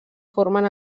formen